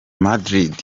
madrid